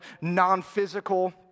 non-physical